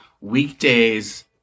weekdays